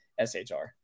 SHR